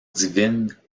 divine